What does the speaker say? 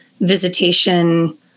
visitation